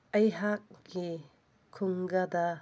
ꯑꯩꯍꯥꯛꯀꯤ ꯈꯨꯡꯒꯪꯗ